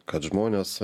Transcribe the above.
kad žmonės